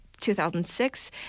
2006